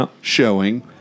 showing